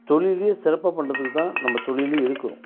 தொழிலேயே சிறப்பாக பண்ணுறத்துக்கு தான் நம்ம தொழிலே எடுக்கிறோம்